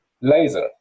laser